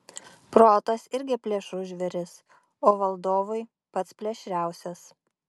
protas irgi plėšrus žvėris o valdovui pats plėšriausias